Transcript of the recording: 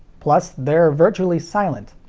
plus, they're virtually silent.